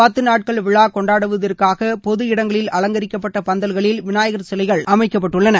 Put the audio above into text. பத்து நாட்கள் விழா கொண்டாடுவதற்காக பொது இடங்களில் அலங்கரிக்கப்பட்ட பந்தல்களில் விநாயகர் சிலைகள் அமைக்கப்பட்டுள்ளன